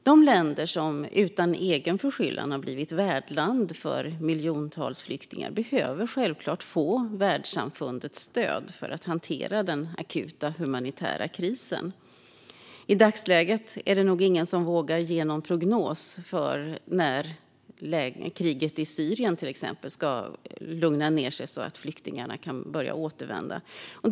De länder som utan egen förskyllan har blivit värdland för miljontals flyktingar behöver självklart få världssamfundets stöd att hantera den akuta humanitära krisen. I dagsläget vågar nog ingen ge någon prognos för när kriget i till exempel Syrien ska lugna ned sig så att flyktingarna kan börja återvända.